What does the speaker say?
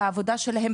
בעבודה שלהם,